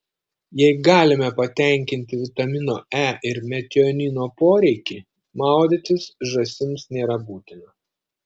jei galime patenkinti vitamino e ir metionino poreikį maudytis žąsims nėra būtina